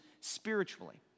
spiritually